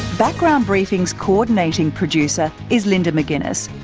background briefing's coordinating producer is linda mcginness,